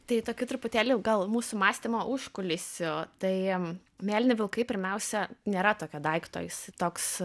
tai tokio truputėlį gal mūsų mąstymo užkulisio tai mėlyni vilkai pirmiausia nėra tokio daikto jis toks